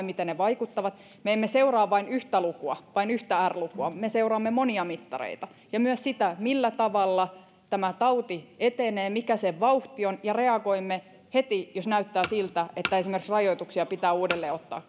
miten ne vaikuttavat me emme seuraa vain yhtä lukua vain yhtä r lukua me seuraamme monia mittareita myös sitä millä tavalla tämä tauti etenee mikä sen vauhti on ja reagoimme heti jos näyttää siltä että esimerkiksi rajoituksia pitää uudelleen ottaa